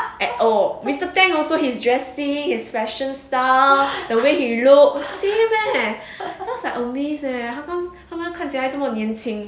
at oh mr tang also his dressing his fashion style the way he look same leh I was like amazed leh how come 他们看起来这么年轻